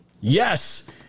Yes